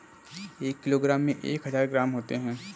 एक किलोग्राम में एक हजार ग्राम होते हैं